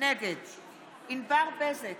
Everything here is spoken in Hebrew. נגד ענבר בזק,